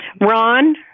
Ron